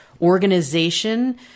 organization